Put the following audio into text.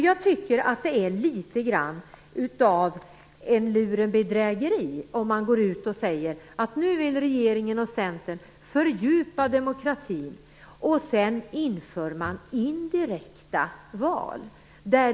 Jag tycker att det är litet grand av lurendrejeri om man först säger att regeringen och Centern nu vill fördjupa demokratin och sedan inför indirekta val.